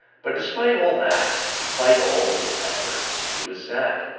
but despite all that, despite all his efforts, he was sad,